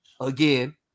Again